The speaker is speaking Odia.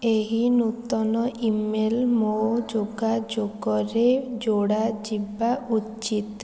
ଏହି ନୂତନ ଇମେଲ୍ ମୋ ଯୋଗାଯୋଗରେ ଯୋଡ଼ା ଯିବା ଉଚିତ୍